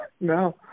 No